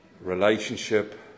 relationship